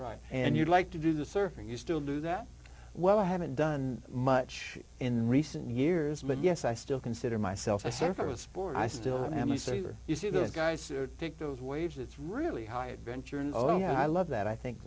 right and you'd like to do the surfing you still do that well i haven't done much in recent years but yes i still consider myself a surfer was born i still am a saver you see those guys pick those waves it's really high adventure and oh i love that i think